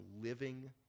living